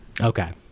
Okay